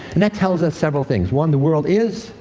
and that tells us several things. one, the world is,